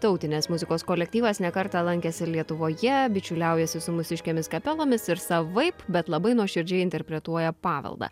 tautinės muzikos kolektyvas ne kartą lankėsi lietuvoje bičiuliaujasi su mūsiškėmis kapelomis ir savaip bet labai nuoširdžiai interpretuoja paveldą